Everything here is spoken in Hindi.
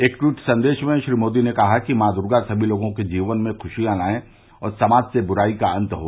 एक ट्वीट संदेश में श्री मोदी ने कहा कि माँ द्र्गा सभी लोगों के जीवन में खुशियां लाये और समाज से बुराई का अंत हो